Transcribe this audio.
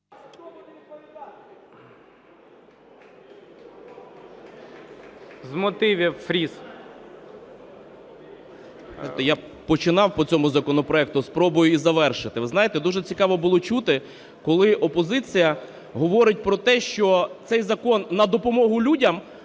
Я починав по цьому законопроекту, спробую і завершити. Ви знаєте, дуже цікаво було чути, коли опозиція говорить про те, що цей закон на допомогу людям,